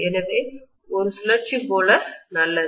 எனவே இது ஒரு சுழற்சி போல நல்லது